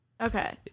Okay